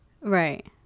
Right